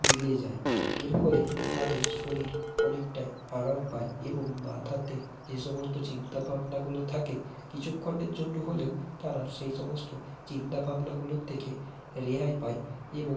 মিলে যায় এর ফলে তাদের শরীর অনেকটাই আরাম পায় এবং মাথাতে যে সমস্ত চিন্তা ভাবনাগুলো থাকে কিছুক্ষণের জন্য হলেও তারা সেই সমস্ত চিন্তা ভাবনাগুলোর থেকে রেহাই পায় এবং